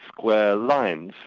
square lines,